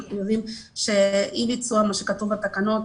אנחנו יודעים שאי ביצוע הכתוב בתקנות